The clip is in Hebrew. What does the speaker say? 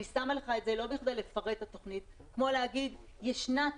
אני שמה לך את זה לא בכדי לפרט את התוכנית כמו להגיד שישנה תוכנית.